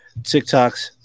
TikToks